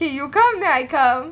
eh you come then I come